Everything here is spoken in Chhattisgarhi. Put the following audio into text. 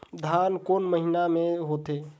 धान कोन महीना मे होथे?